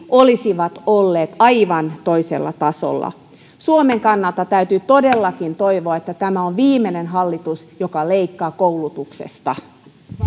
olisivat olleet aivan toisella tasolla suomen kannalta täytyy todellakin toivoa että tämä on viimeinen hallitus joka leikkaa koulutuksesta